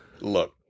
look